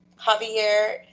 Javier